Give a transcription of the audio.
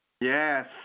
Yes